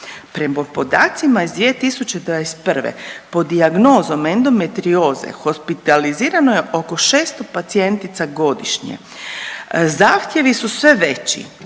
prema podacima iz 2021. pod dijagnozom endometrioze hospitalizirano je oko 600 pacijentica godišnje. Zahtjevi su sve veći